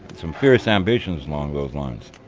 some furious ambitions along those lines.